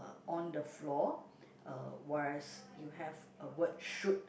on the floor uh whereas you have a word shoot